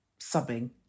subbing